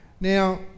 Now